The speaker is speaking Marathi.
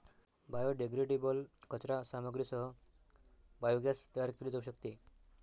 बायोडेग्रेडेबल कचरा सामग्रीसह बायोगॅस तयार केले जाऊ शकते